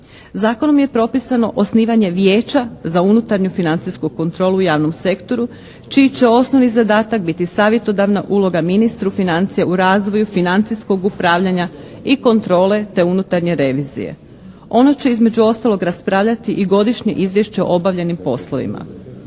Zakonom je propisano osnivanje Vijeća za unutarnju financijsku kontrolu u javnom sektoru čiji će osnovni zadatak biti savjetodavna uloga ministru financija u razvoju financijskog upravljanja i kontrole, te unutarnje revizije. Ono će između ostalog raspravljati i godišnje izvješće o obavljenim poslovima.